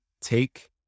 Take